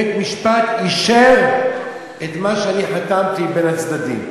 בית-המשפט אישר את מה שאני חתמתי בין הצדדים.